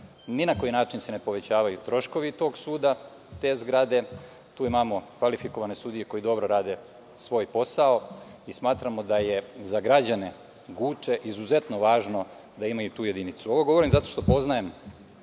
ni na koji način se ne povećavaju troškovi tog suda, te zgrade. Tu imamo kvalifikovane sudije koje rade svoj posao i smatramo da je za građane Guče izuzetno važno da imaju tu jedinicu. Ovo govorim zato što poznajem